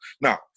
Now